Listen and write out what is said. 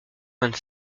vingt